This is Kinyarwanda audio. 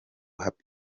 happy